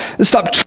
stop